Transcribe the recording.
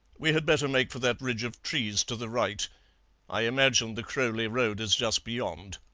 we had better make for that ridge of trees to the right i imagine the crowley road is just beyond